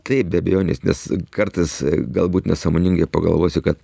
taip be abejonės nes kartais galbūt nesąmoningai pagalvosi kad